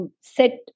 set